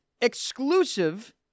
exclusive